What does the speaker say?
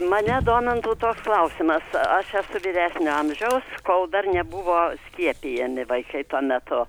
mane domintų toks klausimas aš esu vyresnio amžiaus kol dar nebuvo skiepijami vaikai tuo metu